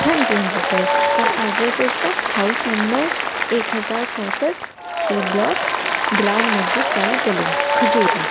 ہاں جی ہاں جی سر اور ایڈریس اس کا ہاؤس نمبر ایک ہزار چوسٹھ سی بلاک بلال مسجد والی گلی کھجوری